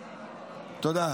תודה.